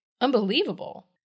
Unbelievable